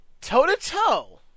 toe-to-toe